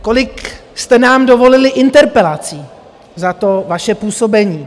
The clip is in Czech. Kolik jste nám dovolili interpelací za to vaše působení?